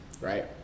right